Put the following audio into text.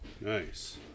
nice